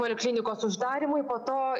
poliklinikos uždarymui po to